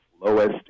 lowest